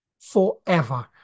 forever